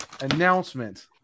announcement